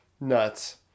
nuts